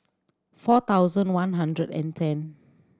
four thousand one hundred and ten